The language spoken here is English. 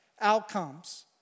outcomes